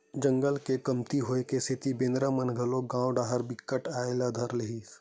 जंगल के कमती होए के सेती बेंदरा मन ह घलोक गाँव डाहर बिकट के आये ल धर लिस